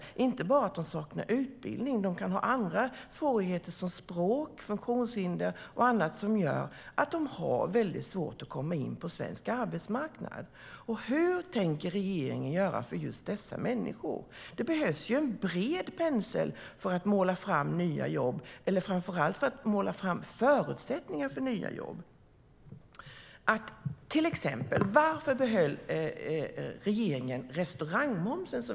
Det är inte bara att de saknar utbildning, utan det kan vara andra svårigheter - som språk, funktionshinder och annat - som gör att de har väldigt svårt att komma in på svensk arbetsmarknad. Vad tänker regeringen göra för just dessa människor? Det behövs ju en bred pensel för att måla fram nya jobb, eller framför allt måla fram förutsättningar för nya jobb. Varför behöll regeringen till exempel den sänkta restaurangmomsen?